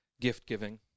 gift-giving